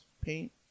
paint